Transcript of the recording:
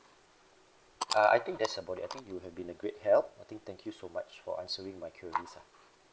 uh I think that's about it I think you have been a great help I think thank you so much for answering my queries ah